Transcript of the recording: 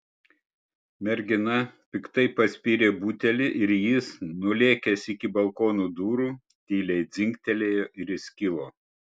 mergina piktai paspyrė butelį ir jis nulėkęs iki balkono durų tyliai dzingtelėjo ir įskilo